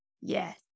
Yes